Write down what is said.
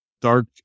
dark